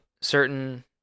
certain